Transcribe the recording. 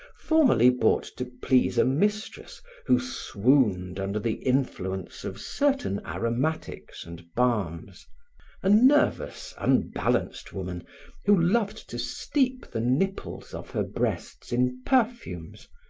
formerly bought to please a mistress who swooned under the influence of certain aromatics and balms a nervous, unbalanced woman who loved to steep the nipples of her breasts in perfumes,